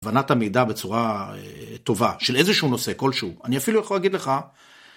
הבנת המידע בצורה טובה של איזשהו נושא כלשהו אני אפילו יכול להגיד לך.